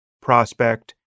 prospect